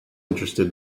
interested